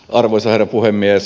arvoisa herra puhemies